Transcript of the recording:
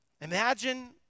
imagine